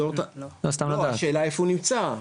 השאלה איפה הוא נמצא.